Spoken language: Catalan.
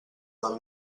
del